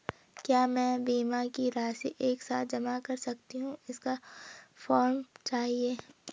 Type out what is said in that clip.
क्या मैं बीमा की राशि एक साथ जमा कर सकती हूँ इसका फॉर्म चाहिए?